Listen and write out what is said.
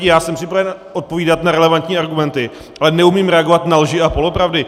Já jsem připraven odpovídat na relevantní argumenty, ale neumím reagovat na lži a polopravdy.